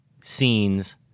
scenes